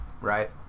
Right